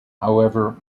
however